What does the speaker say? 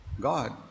God